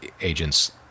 agents